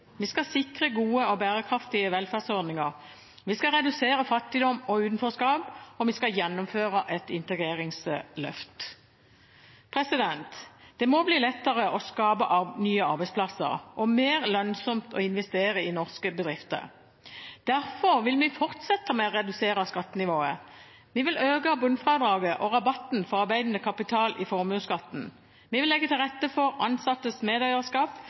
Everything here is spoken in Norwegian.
Vi skal sikre gode og bærekraftige velferdsordninger. Vi skal redusere fattigdom og utenforskap. Og vi skal gjennomføre et integreringsløft. Det må bli lettere å skape nye arbeidsplasser og mer lønnsomt å investere i norske bedrifter. Derfor vil vi fortsette med å redusere skattenivået. Vi vil øke bunnfradraget og rabatten for arbeidende kapital i formuesskatten. Vi vil legge til rette for ansattes medeierskap